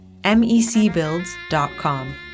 mecbuilds.com